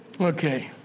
Okay